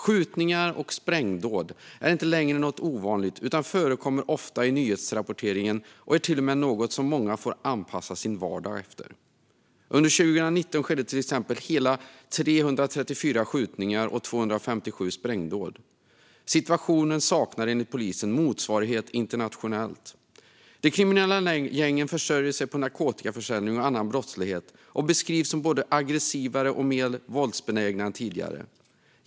Skjutningar och sprängdåd är inte längre något ovanligt utan förekommer ofta i nyhetsrapporteringen och är till och med något som många får anpassa sin vardag efter. Under 2019 skedde till exempel hela 334 skjutningar och 257 sprängdåd. Situationen saknar enligt polisen motsvarighet internationellt. De kriminella gängen försörjer sig på narkotikaförsäljning och annan brottslighet och beskrivs som både aggressivare och mer våldsbenägna än tidigare.